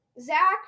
Zach